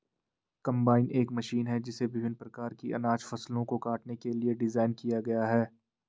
combine एक machine है जिसे विभिन्न प्रकार की अनाज फसलों को काटने के लिए डिज़ाइन किया गया है